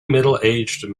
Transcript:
middleaged